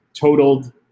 totaled